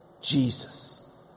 Jesus